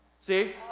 See